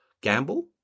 Gamble